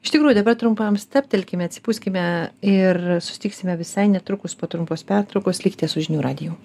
iš tikrųjų dabar trumpam stabtelkime atsipūskime ir susitiksime visai netrukus po trumpos pertraukos liktie su žinių radiju